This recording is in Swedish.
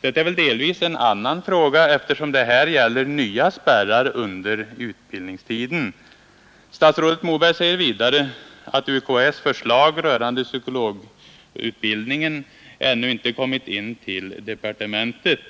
Detta är väl delvis en annan fråga, eftersom det här gäller nya spärrar under utbildningstiden. Vidare säger statsrådet Moberg att universitetskanslersämbetets förslag rörande psykologutbildningen ännu inte kommit in till departementet.